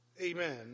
amen